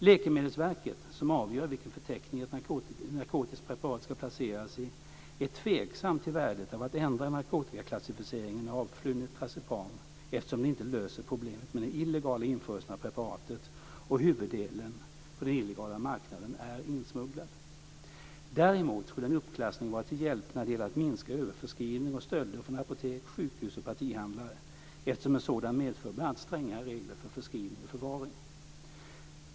Läkemedelsverket, som avgör vilken förteckning ett narkotiskt preparat ska placeras i, är tveksamt till värdet av att ändra narkotikaklassificeringen av flunitrazepam eftersom det inte löser problemet med den illegala införseln av preparatet, och huvuddelen på den illegala marknaden är insmugglad. Däremot skulle en uppklassning vara till hjälp när det gäller att minska överförskrivning och stölder från apotek, sjukhus och partihandlare, eftersom en sådan medför bl.a. strängare regler för förskrivning och förvaring.